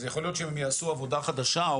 אז יכול להיות שאם הם יעשו עבודה חדשה או